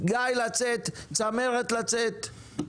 גיא לצאת, צמרת לצאת.